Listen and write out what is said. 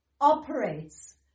operates